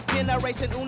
Generation